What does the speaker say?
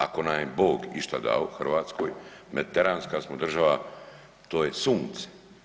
Ako nam je Bog išta dao u Hrvatskoj mediteranska smo država, to je sunce.